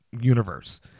universe